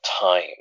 time